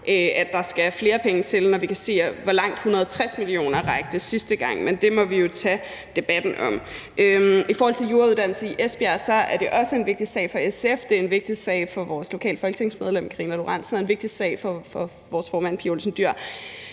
at der skal flere penge til, når vi kan se, hvor langt 160 mio. kr. rakte sidste gang, men det må vi jo tage debatten om. I forhold til jurauddannelse i Esbjerg: Det er også en vigtigt sag for SF – det er en vigtig sag for vores lokale folketingsmedlem, fru Karina Lorentzen Dehnhardt, og en vigtig sag for vores formand, fru Pia Olsen Dyhr.